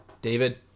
David